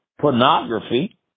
pornography